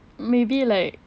maybe like